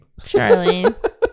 Charlene